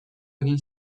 egin